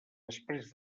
després